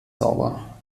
sauber